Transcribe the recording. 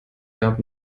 gab